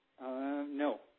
No